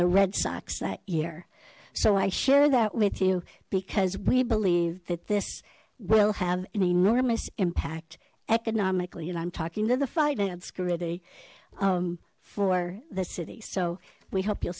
the red sox that year so i share that with you because we believe that this will have an enormous impact economically and i'm talking to the finance committee for the city so we hope you